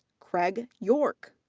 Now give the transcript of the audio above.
craig york.